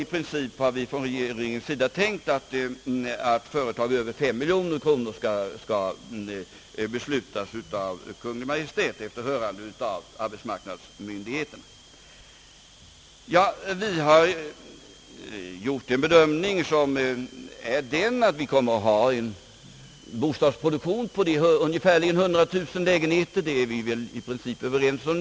I princip har vi från regeringens sida tänkt oss att företag över 5 miljoner kronor skall beslutas av Kungl. Maj:t efter hörande av arbetsmarknadsmyndigheten. Vi har gjort den bedömningen att bostadsproduktionen kommer att omfatta ungefär 100 000 lägenheter — det är vi väl nu i princip överens om.